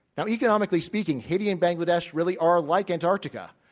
now, economically speaking, haiti and bangladesh really are like antarctica.